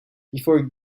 before